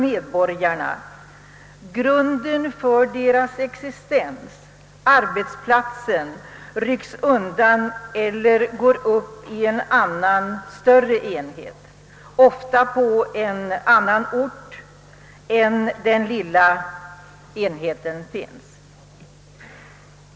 Hela grunden för deras existens rycks undan, när arbetsplatsen rycks undan eller går upp i en annan, större enhet, ofta belägen på annan ort än den där den lilla enheten finns.